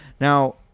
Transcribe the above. Now